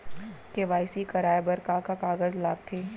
KYC कराये बर का का कागज लागथे?